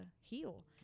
heal